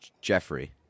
jeffrey